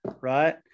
right